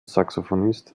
saxophonist